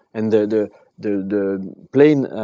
and the the plane